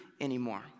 anymore